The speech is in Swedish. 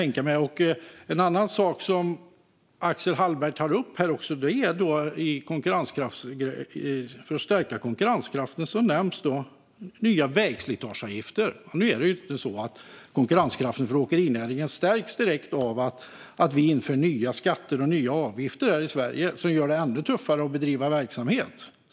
Något annat Axel Hallberg tog upp för att stärka konkurrenskraften var nya vägslitageavgifter. Men konkurrenskraften för åkerinäringen stärks inte direkt om det införs nya skatter och avgifter här i Sverige som gör det ännu tuffare att bedriva verksamhet.